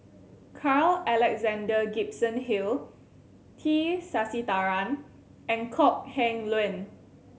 Carl Alexander Gibson Hill T Sasitharan and Kok Heng Leun